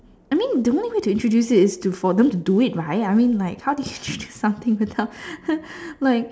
I mean the only way to introduce it is to for them do it right I mean like how do you introduce something without like